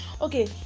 Okay